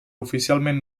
oficialment